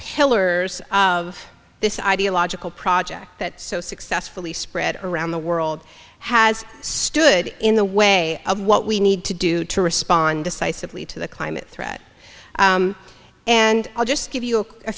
pillars of this ideological project that so successfully spread around the world has stood in the way of what we need to do to respond decisively to the climate threat and i'll just give you a